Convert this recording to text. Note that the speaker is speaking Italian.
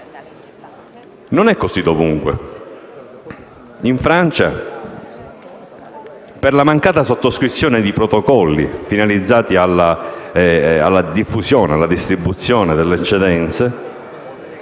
Non è così dovunque. In Francia, per la mancata sottoscrizione di protocolli finalizzati alla distribuzione delle eccedenze